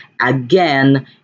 again